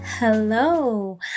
Hello